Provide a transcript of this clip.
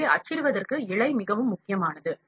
எனவே அச்சிடுவதற்கு இழை மிகவும் முக்கியமானது